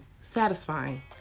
satisfying